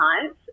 science